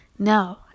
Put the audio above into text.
No